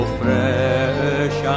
fresh